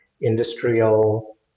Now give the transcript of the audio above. industrial